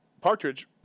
Partridge